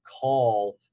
call